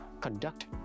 conduct